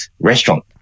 restaurant